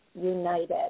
united